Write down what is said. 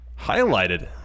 highlighted